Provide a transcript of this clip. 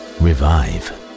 revive